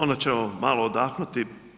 Onda ćemo malo odahnuti.